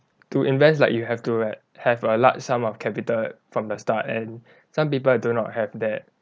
to invest like you have to like have a large sum of capital from the start and some people do not have that